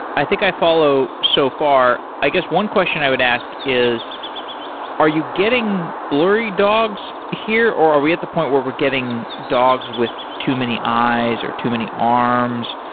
i think i follow so far. i guess, one question i would ask is are you getting blurry dogs here, or are we at the point where we're getting dogs with too many eyes, or too many arms?